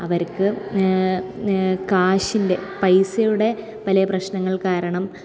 അവർക്ക് കാശിൻ്റെ പൈസയുടെ വലിയ പ്രശ്നങ്ങൾ കാരണം